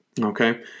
Okay